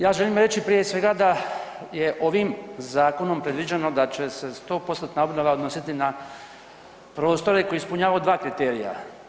Ja želim reći prije svega je ovim zakonom predviđeno da će se 100%-tna obnova odnositi na prostore koji ispunjavaju dva kriterija.